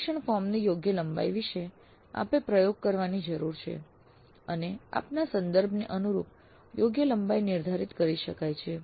સર્વેક્ષણ ફોર્મ ની યોગ્ય લંબાઈ વિશે આપે પ્રયોગ કરવાની જરૂર છે અને આપના સંદર્ભને અનુરૂપ યોગ્ય લંબાઈ નિર્ધારિત કરી શકાય છે